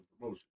promotion